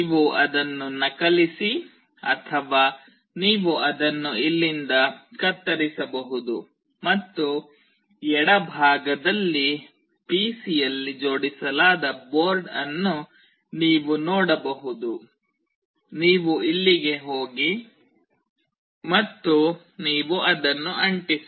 ನೀವು ಅದನ್ನು ನಕಲಿಸಿ ಅಥವಾ ನೀವು ಅದನ್ನು ಇಲ್ಲಿಂದ ಕತ್ತರಿಸಬಹುದು ಮತ್ತು ಎಡಭಾಗದಲ್ಲಿ ಪಿಸಿಯಲ್ಲಿ ಜೋಡಿಸಲಾದ ಬೋರ್ಡ್ ಅನ್ನು ನೀವು ನೋಡಬಹುದು ನೀವು ಇಲ್ಲಿಗೆ ಹೋಗಿ ಮತ್ತು ನೀವು ಅದನ್ನು ಅಂಟಿಸಿ